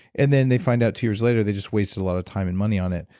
and then they find out two years later they just wasted a lot of time and money on it.